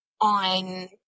on